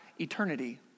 eternity